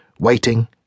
waiting